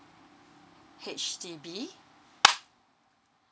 H_D_B